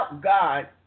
God